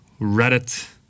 Reddit